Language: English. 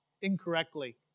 incorrectly